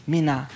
Mina